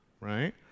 right